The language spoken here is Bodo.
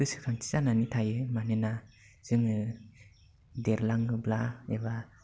गोसोखांथि जानानै थायो मानोना जोङो देरलाङोब्ला एबा